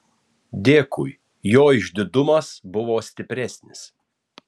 dėkui jo išdidumas buvo stipresnis